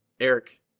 Eric